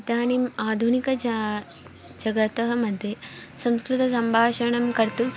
इदानीम् आधुनिक जगतः मध्ये संस्कृतसम्भाषणं कर्तुम्